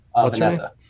Vanessa